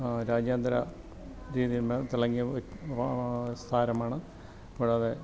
രാജ്യാന്തര ടീമിൽ നിന്ന് തിളങ്ങിയ താരമാണ് കൂടാതെ